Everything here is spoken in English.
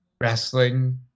wrestling